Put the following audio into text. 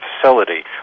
facility